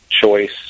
choice